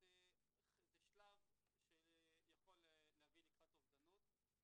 אז זה שלב שיכול להביא לקראת אובדנות.